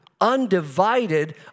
undivided